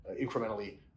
incrementally